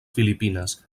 filipines